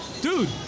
dude